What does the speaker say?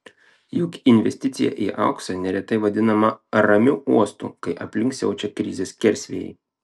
juk investicija į auksą neretai vadinama ramiu uostu kai aplink siaučia krizės skersvėjai